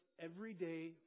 everyday